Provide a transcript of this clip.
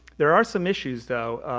there are some issues, though.